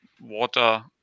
water